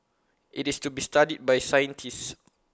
it's to be studied by scientists